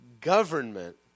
government